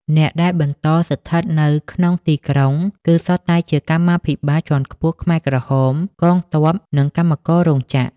អ្នកដែលបន្តស្ថិតនៅក្នុងទីក្រុងគឺសុទ្ធតែជាកម្មាភិបាលជាន់ខ្ពស់ខ្មែរក្រហម កងទ័ព និងកម្មកររោងចក្រ។